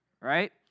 right